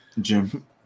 Jim